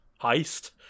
heist